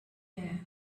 air